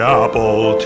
apple